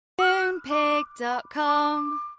Moonpig.com